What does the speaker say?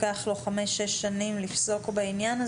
לוקח לו 5-6 שנים לפסוק בעניין,